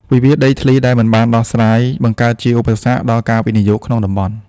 វិវាទដីធ្លីដែលមិនបានដោះស្រាយ បង្កើតជា "ឧបសគ្គ" ដល់ការវិនិយោគក្នុងតំបន់។